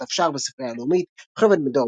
דף שער בספרייה הלאומית יוכבד בן-דור,